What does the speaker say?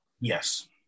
Yes